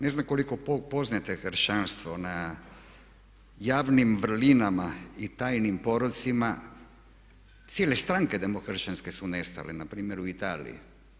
Ne znam koliko poznajete kršćanstvo na javnim vrlinama i tajnim porocima cijele stranke, demokršćanske su nestale npr. u Italiji.